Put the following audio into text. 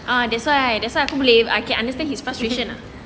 that's why aku boleh I can understand his frustration